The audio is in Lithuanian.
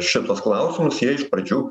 šituos klausimus jie iš pradžių